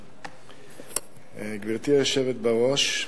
גברתי היושבת בראש,